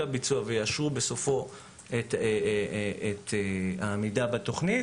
את הביצוע ויאשרו בסופו את העמידה בתוכנית.